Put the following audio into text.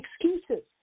excuses